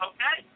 Okay